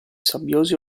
sabbiosi